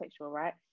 right